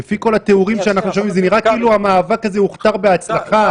זה נראה כאילו המאבק הזה הוכתר בהצלחה.